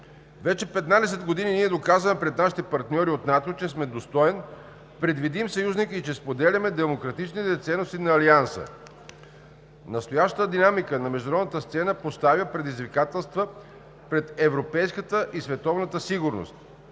Вече 15 години ние доказваме пред нашите партньори от НАТО, че сме достоен, предвидим съюзник и че споделяме демократичните ценности на Алианса. Настоящата динамика на международната сцена поставя предизвикателства пред европейската и световната сигурност.